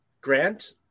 Grant